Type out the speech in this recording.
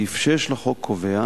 סעיף 6 לחוק קובע